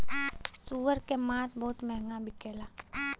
सूअर के मांस बहुत महंगा बिकेला